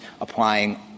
applying